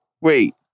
Wait